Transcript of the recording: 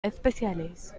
especiales